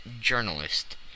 journalist